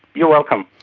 you're welcome.